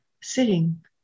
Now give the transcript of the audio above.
sitting